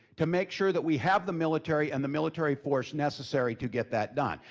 to make sure that we have the military and the military force necessary to get that done.